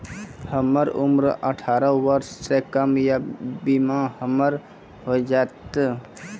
हमर उम्र अठारह वर्ष से कम या बीमा हमर हो जायत?